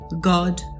God